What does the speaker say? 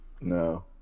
No